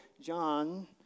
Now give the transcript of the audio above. John